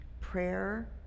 prayer